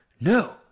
no